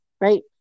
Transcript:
right